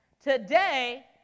Today